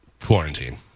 quarantine